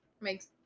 Makes